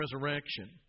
Resurrection